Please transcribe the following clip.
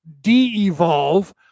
de-evolve